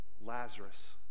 Lazarus